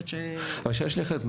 השאלה שלי אחרת.